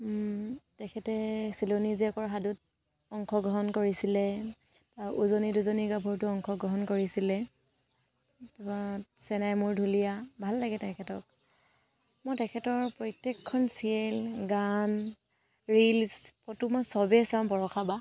তেখেতে চিলনী জীয়েকৰ সাধুত অংশগ্ৰহণ কৰিছিলে উজনিৰ দুজনী গাভৰুতো অংশগ্ৰহণ কৰিছিলে তাপা চেনাই মোৰ ঢুলীয়া ভাল লাগে তেখেতক মই তেখেতৰ প্ৰত্যেকখন চিৰিয়েল গান ৰিলচ ফটো মই সবেই চাওঁ বৰষা বা